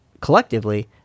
collectively